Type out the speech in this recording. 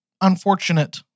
unfortunate